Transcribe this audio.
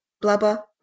Blubber